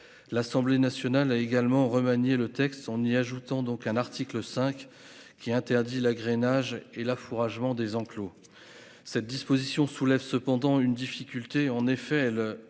L'Assemblée nationale a également remanié le texte en y ajoutant donc un article 5 qui interdit l'agrainage et la fourrage vend des enclos. Cette disposition soulève cependant une difficulté en effet elle.